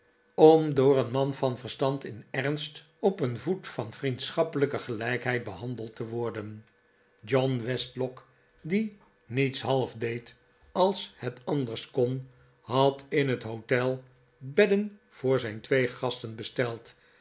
om door een man van verstand in ernst op een voet van vriendschappelijke gelijkheid behandeld te worden john westlock die niets half deed als het anders kon had in het hotel bedden voor zijn twee gasten besteld